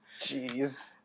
Jeez